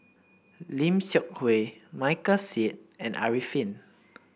Lim Seok Hui Michael Seet and Arifin